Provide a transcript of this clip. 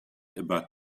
about